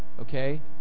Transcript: Okay